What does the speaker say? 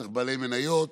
צריך בעלי מניות,